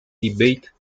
debate